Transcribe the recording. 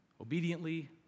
Obediently